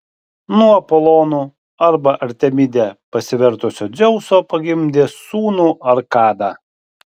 nuo apolonu arba artemide pasivertusio dzeuso pagimdė sūnų arkadą